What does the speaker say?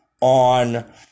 on